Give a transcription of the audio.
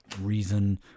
reason